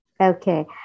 Okay